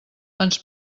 ens